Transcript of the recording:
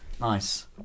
nice